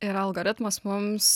ir algoritmas mums